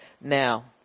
Now